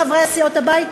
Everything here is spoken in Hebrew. מחברי סיעות הבית,